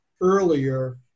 earlier